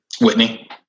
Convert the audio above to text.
Whitney